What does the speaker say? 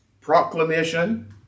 proclamation